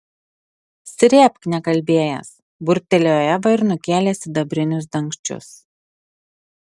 srėbk nekalbėjęs burbtelėjo eva ir nukėlė sidabrinius dangčius